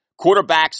Quarterbacks